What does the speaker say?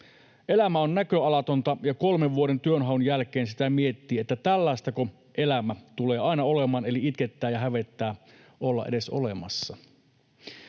”Elämä on näköalatonta, ja kolmen vuoden työnhaun jälkeen sitä miettii, että tällaistako elämä tulee aina olemaan, eli itkettää ja hävettää olla edes olemassa.”